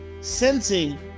sensing